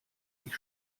ich